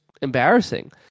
embarrassing